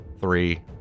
three